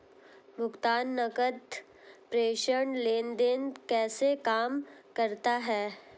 भुगतान नकद प्रेषण लेनदेन कैसे काम करता है?